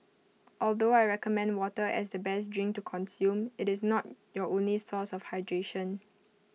although I recommend water as the best drink to consume IT is not your only source of hydration